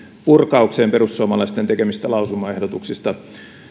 purkaukseen perussuomalaisten tekemistä lausumaehdotuksista